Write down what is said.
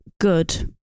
good